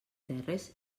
terres